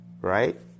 right